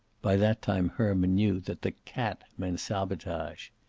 by that time herman knew that the cat meant sabotage.